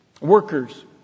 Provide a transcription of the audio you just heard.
Workers